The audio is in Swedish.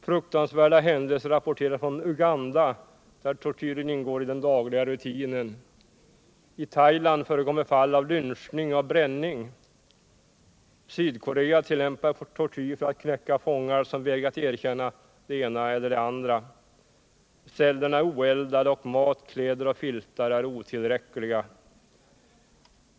Fruktansvärda händelser rapporteras från Uganda där tortyren ingår i den dagliga rutinen. Sydkorea tillämpar tortyr för att knäcka fångar som vägrat erkänna Onsdagen den det ena eller det andra. Cellerna är oeldade och mat, kläder och filtar 14 december 1977 är otillräckliga.